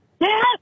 Yes